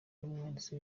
n’umwanditsi